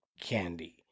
candy